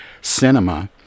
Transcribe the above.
cinema